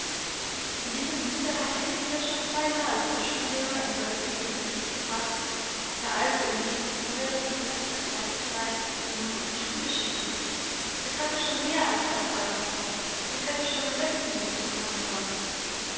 in diesem winter hatte peter schon zweimal vom schullehrer im dörfli den bericht gebracht der alm öhi solle das kind das bei ihm sei nun in die schule schicken es habe schon mehr als das alter und hätte schon im letzten winter kommen sollen